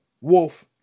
Wolf